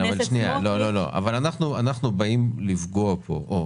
אנחנו באים לפגוע פה, או